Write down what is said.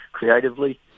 creatively